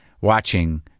watching—